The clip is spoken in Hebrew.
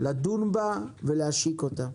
לדון בה ולהשיק אותה.